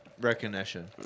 recognition